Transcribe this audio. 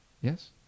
Yes